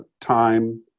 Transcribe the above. time